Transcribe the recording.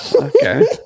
Okay